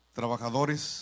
trabajadores